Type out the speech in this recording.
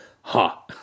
Ha